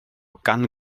gan